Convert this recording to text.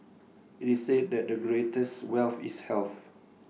IT is said that the greatest wealth is health